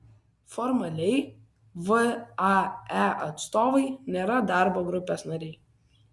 formaliai vae atstovai nėra darbo grupės nariai